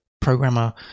programmer